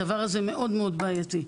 הדבר הזה מאוד בעייתי.